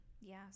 Yes